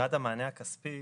מבחינת המענה הכספי